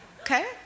Okay